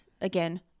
again